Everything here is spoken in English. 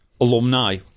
alumni